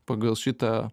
pagal šitą